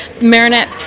Marinette